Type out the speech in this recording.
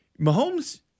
Mahomes